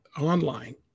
online